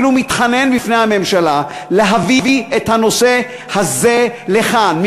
אפילו מתחנן לפני הממשלה להביא את הנושא הזה לכאן.